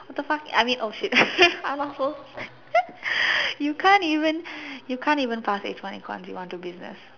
what the fuck I mean oh shit I'm not supposed to say you can't even you can't even pass H-one econs you want do business